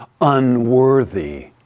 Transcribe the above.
unworthy